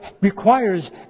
requires